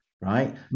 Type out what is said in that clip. right